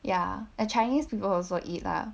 ya and chinese people also eat lah